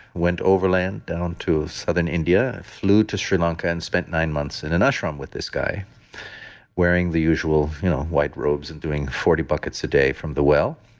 went overland down to southern india, flew to sri lanka and spent nine months in an ashram with this guy wearing the usual you know white robes and doing forty buckets a day from the well